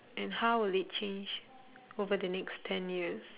and how will it change over the next ten years